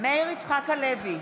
מאיר יצחק הלוי,